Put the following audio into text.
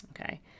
okay